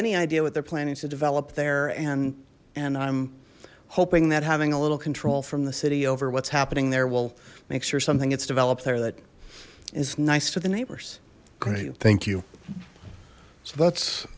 any idea what they're planning to develop there and and i'm hoping that having a little control from the city over what's happening there will make sure something gets developed there that is nice to the neighbors great thank you so that's